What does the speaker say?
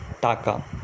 Taka